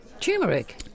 Turmeric